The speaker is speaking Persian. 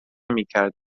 میکرد